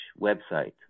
website